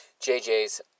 JJ's